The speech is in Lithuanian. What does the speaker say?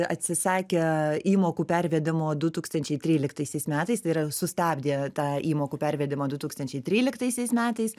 atsisakė įmokų pervedimo du tūkstančiai tryliktaisiais metais tai yra sustabdė tą įmokų pervedimą du tūkstančiai tryliktaisiais metais